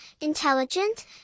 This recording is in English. intelligent